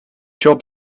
job